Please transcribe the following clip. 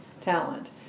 talent